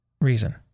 reason